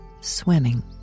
swimming